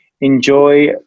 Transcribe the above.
enjoy